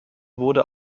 wurde